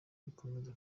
bikomeza